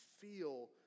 feel